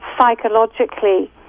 psychologically